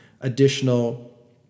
additional